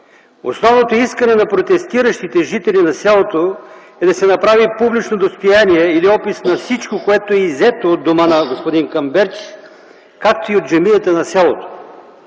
Основното искане на протестиращите жители на селото е да се направи публично достояние или опис на всичко, което е иззето от дома на господин Камберч, както и от джамията на селото.